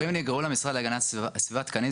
כשאומרים שנגרעו למשרד להגנת הסביבה תקנים,